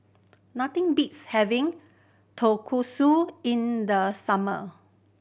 nothing beats having Tonkatsu in the summer